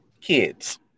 kids